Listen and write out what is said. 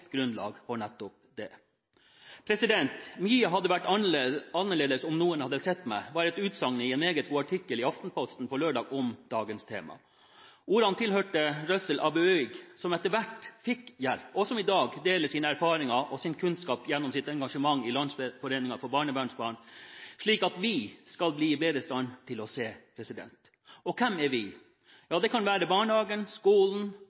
grunnlag nettopp for det. «Mye hadde vært annerledes om noen hadde sett meg», var et utsagn i en meget god artikkel i Aftenposten på lørdag om dagens tema. Ordene tilhører Ruzzel Abueg som etter hvert fikk hjelp, og som i dag deler sine erfaringer og sin kunnskap gjennom sitt engasjement i Landsforeningen for barnevernsbarn, slik at vi skal bli i bedre stand til å se. Og hvem er vi? Det kan være barnehagen, skolen,